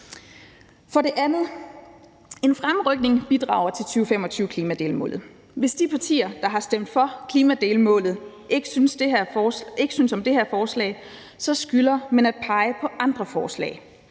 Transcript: For det andet: En fremrykning bidrager til 2025-klimadelmålet. Hvis de partier, der har stemt for klimadelmålet, ikke synes om det her forslag, så skylder man at pege på andre forslag.